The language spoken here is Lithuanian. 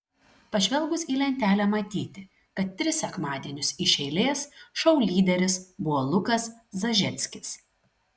pažvelgus į lentelę matyti kad tris sekmadienius iš eilės šou lyderis buvo lukas zažeckis